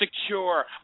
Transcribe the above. secure